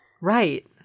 right